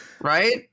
Right